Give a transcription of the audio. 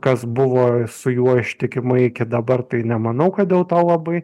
kas buvo su juo ištikimai iki dabar tai nemanau kad dėl to labai